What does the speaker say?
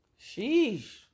Sheesh